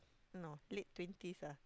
no late twenties ah